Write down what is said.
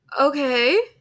Okay